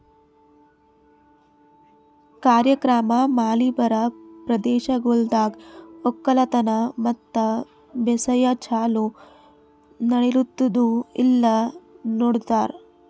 ಕಾರ್ಯಕ್ರಮ ಮಳಿ ಬರಾ ಪ್ರದೇಶಗೊಳ್ದಾಗ್ ಒಕ್ಕಲತನ ಮತ್ತ ಬೇಸಾಯ ಛಲೋ ನಡಿಲ್ಲುತ್ತುದ ಇಲ್ಲಾ ನೋಡ್ತಾರ್